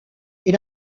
est